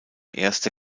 erste